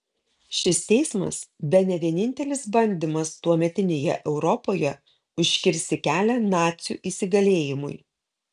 šis teismas bene vienintelis bandymas tuometinėje europoje užkirsti kelią nacių įsigalėjimui